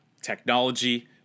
technology